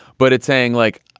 but it's saying like,